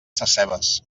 sescebes